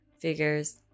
Figures